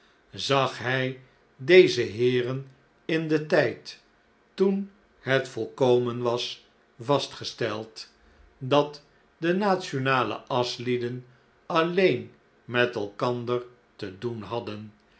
zag hij deze heeren in den tijd toen het volkomen was vastgesteld dat de nationale aschlieden alleen met elkander te doen hadden